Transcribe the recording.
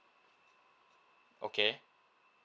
okay